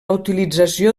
utilització